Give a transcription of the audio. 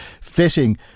fitting